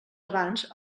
abans